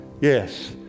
Yes